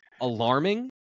alarming